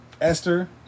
Esther